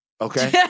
okay